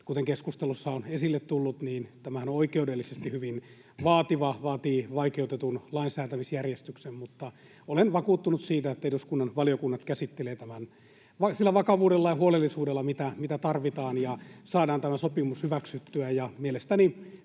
Kuten keskustelussa on esille tullut, niin tämähän on oikeudellisesti hyvin vaativa, vaatii vaikeutetun lainsäätämisjärjestyksen, mutta olen vakuuttunut siitä, että eduskunnan valiokunnat käsittelevät tämän sillä vakavuudella ja huolellisuudella, mitä tarvitaan, ja saadaan tämä sopimus hyväksyttyä. Mielestäni